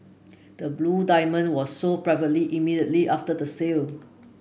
the blue diamond was sold privately immediately after the sale